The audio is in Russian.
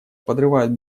подрывают